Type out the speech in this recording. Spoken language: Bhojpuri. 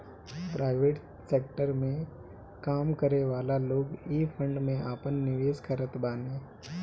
प्राइवेट सेकटर में काम करेवाला लोग इ फंड में आपन निवेश करत बाने